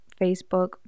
facebook